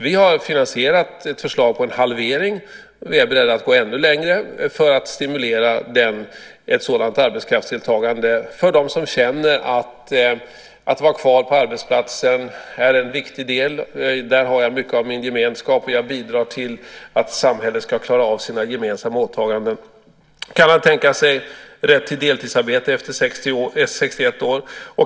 Vi har finansierat ett förslag på en halvering, och vi är beredda att gå ännu längre för att stimulera ett sådant arbetskraftsdeltagande för dem som känner att det är viktigt att vara kvar på arbetsplatsen. Där har de mycket av sin gemenskap och bidrar till att vi klarar av våra gemensamma åtaganden i samhället. Kan man tänka sig rätt till deltidsarbete efter fyllda 61 år?